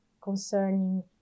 concerning